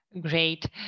Great